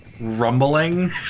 rumbling